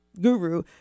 guru